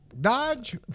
dodge